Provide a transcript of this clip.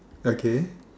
okay